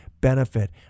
benefit